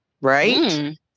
right